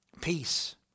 peace